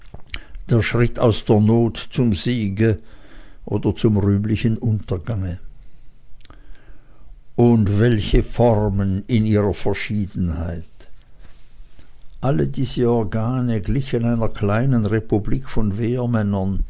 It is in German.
der schritt aus der not zum siege oder zum rühmlichen untergange und welche formen in ihrer verschiedenheit alle diese organe glichen einer kleinen republik von